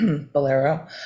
Bolero